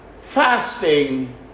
Fasting